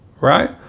right